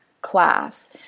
class